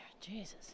Jesus